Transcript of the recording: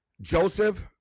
Joseph